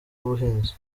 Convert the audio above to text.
ubuhinzi